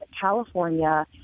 California